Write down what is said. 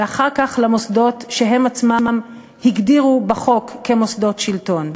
ואחר כך למוסדות שהם עצמם הגדירו בחוק כמוסדות שלטון.